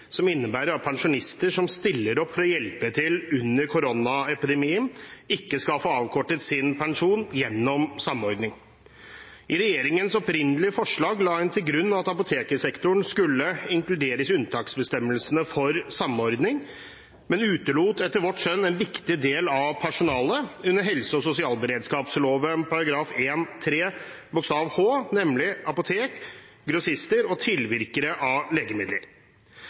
som innebærer at pensjonister som stiller opp for å hjelpe til under koronaepidemien, ikke skal få avkortet sin pensjon gjennom samordning. I regjeringens opprinnelige forslag la en til grunn at apotekersektoren skulle inkluderes i unntaksbestemmelsene for samordning, men utelot etter vårt skjønn en viktig del av personalet under helse- og sosialberedskapsloven § 1-3 bokstav h, nemlig apotek, grossister og tilvirkere av legemidler.